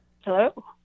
Hello